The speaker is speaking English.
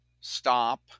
stop